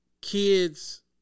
Kids